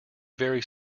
very